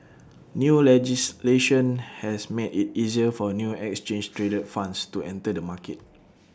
new legislation has made IT easier for new exchange traded funds to enter the market